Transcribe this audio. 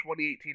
2018